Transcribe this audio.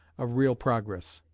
of real progress.